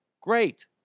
Great